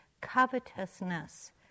covetousness